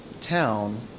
town